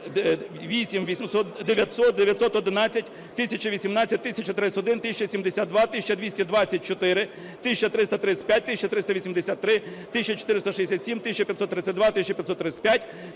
898… 900, 911, 1018, 1031, 1072, 1224, 1335, 1383, 1467, 1532, 1535,